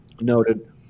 noted